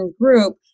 group